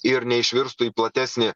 ir neišvirstų į platesnį